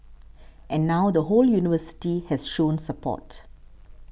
and now the whole university has shown support